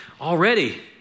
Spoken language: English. already